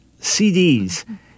CDs